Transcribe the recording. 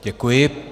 Děkuji.